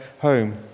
home